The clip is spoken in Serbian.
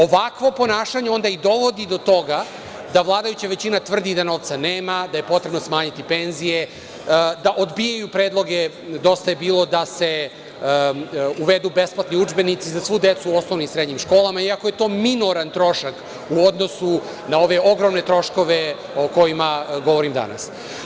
Ovakvo ponašanje onda i dovodi do toga da vladajuća većina tvrdi da novca nema, da je potrebno smanjiti penzije, da odbijaju predloge „Dosta je bilo“ da se uvedu besplatni udžbenici za svu decu u osnovnim i srednjim školama, iako je to minoran trošak u odnosu na ove ogromne troškove o kojima govorim danas.